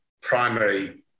primary